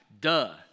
Duh